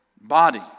body